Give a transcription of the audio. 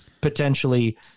potentially